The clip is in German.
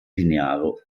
lineare